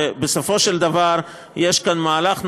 ובסופו של דבר יש כאן מהלך נכון,